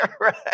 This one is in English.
right